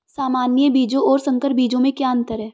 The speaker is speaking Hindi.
सामान्य बीजों और संकर बीजों में क्या अंतर है?